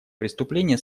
преступление